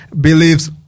believes